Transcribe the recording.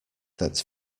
that